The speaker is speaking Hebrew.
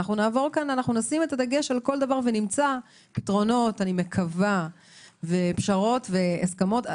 נשים את הדגש על כל דבר ונמצא פתרונות אני מקווה ופשרות והסכמות.